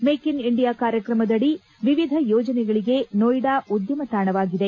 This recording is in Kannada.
ಮೇಕ್ ಇನ್ ಇಂಡಿಯಾ ಕಾರ್ಯಕ್ರಮದಡಿ ನಾನಾ ಯೋಜನೆಗಳಿಗೆ ನೋಯ್ಡಾ ಉದ್ಯಮ ತಾಣವಾಗಿದೆ